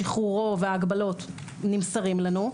שחרורו וההגבלות נמסרים לנו,